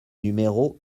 numéro